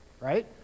right